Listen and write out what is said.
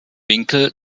winkel